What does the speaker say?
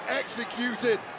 executed